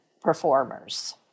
performers